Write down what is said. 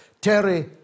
Terry